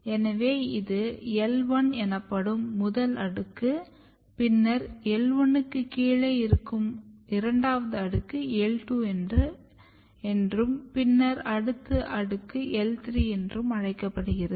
எனவே இது L1 எனப்படும் முதல் அடுக்கு பின்னர் L1 க்குக் கீழே இருக்கும் இரண்டாவது அடுக்கு L2 என்றும் பின்னர் அடுத்த அடுக்கு L3 என்றும் அழைக்கப்படுகிறது